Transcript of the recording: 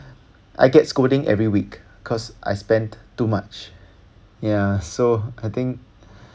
I get scolding every week because I spent too much ya so I think